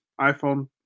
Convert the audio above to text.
iPhone